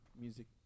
music